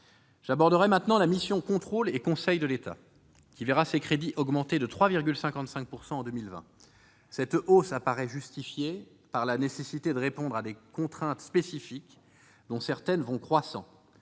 nouvelles missions. La mission « Conseil et contrôle de l'État » verra ses crédits augmenter de 3,55 % en 2020. Cette hausse paraît justifiée par la nécessité de répondre à des contraintes spécifiques, dont certaines vont croissant.